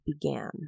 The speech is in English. began